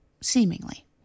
seemingly